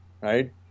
right